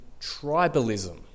tribalism